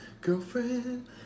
Girlfriend